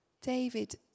David